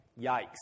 Yikes